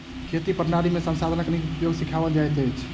खेती प्रणाली में संसाधनक नीक उपयोग सिखाओल जाइत अछि